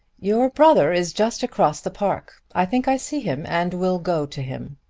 your brother is just across the park. i think i see him and will go to him.